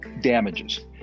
damages